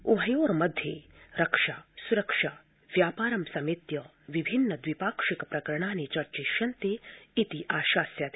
उभयोः मध्ये रक्षा सुरक्षा व्यापारं समेत्य विभिन्न द्विपाक्षिक प्रकरणानि चर्चिष्यन्ते इत्याशास्यते